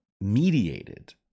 mediated